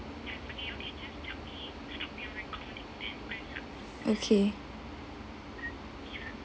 okay